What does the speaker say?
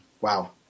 wow